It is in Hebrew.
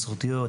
מסורתיות,